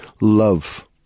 love